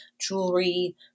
jewelry